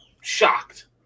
shocked